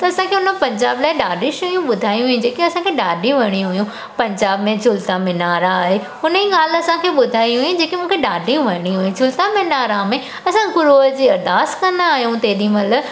त असांखे हुन पंजाब लाइ ॾाढे शयूं ॿुधाई हुई जेके असांखे ॾाढे वणियूं हुयूं पंजाब में झूलता मीनारा आहे हुन जी ॻाल्हि असांखे ॿुधाई हुई जेकी मूंखे ॾाढी वणी हुई झूलता मीनारा में असां गुरूअ जी अरदासि कंदा आहियूं तेॾीमहिल